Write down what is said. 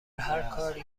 هرکاری